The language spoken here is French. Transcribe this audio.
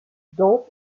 dont